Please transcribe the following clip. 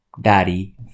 daddy